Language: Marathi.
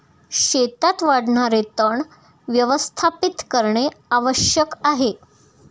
शेतात वाढणारे तण व्यवस्थापित करणे आवश्यक आहे